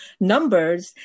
numbers